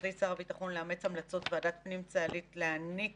החליט שר הביטחון לאמץ המלצות ועדת פנים צה"לית להעניק